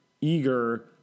eager